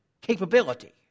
capability